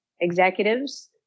executives